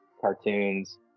cartoons